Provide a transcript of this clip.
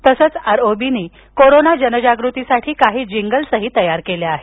तसेच आरओबीने कोरोना जनजागृतीसाठी काही जिंगल्स तयार केल्या आहेत